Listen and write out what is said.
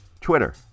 Twitter